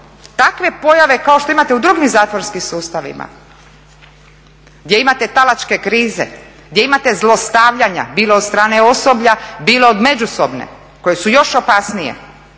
takve pojave kao što imate u drugim zatvorskim sustavima gdje imate talačke krize, gdje imate zlostavljanja bilo od strane osoblja, bilo od međusobne koje su još opasnije.